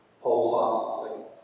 wholeheartedly